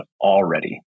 already